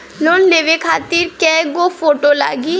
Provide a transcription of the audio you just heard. Loan लेवे खातिर कै गो फोटो लागी?